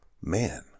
man